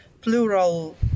plural